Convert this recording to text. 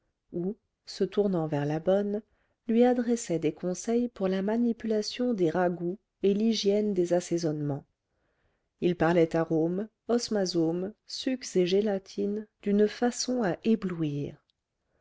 ou se tournant vers la bonne lui adressait des conseils pour la manipulation des ragoûts et l'hygiène des assaisonnements il parlait arome osmazôme sucs et gélatine d'une façon à éblouir